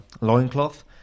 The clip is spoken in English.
loincloth